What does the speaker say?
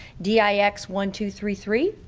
d i x one two three three.